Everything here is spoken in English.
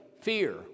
fear